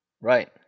Right